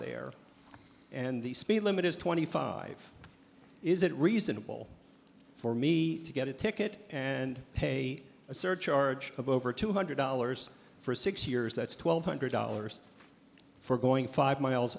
there and the speed limit is twenty five is it reasonable for me to get a ticket and pay a surcharge of over two hundred dollars for six years that's twelve hundred dollars for going five miles